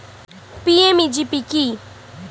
PMEGP কি?